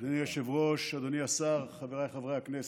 אדוני היושב-ראש, אדוני השר, חבריי חברי הכנסת,